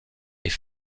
est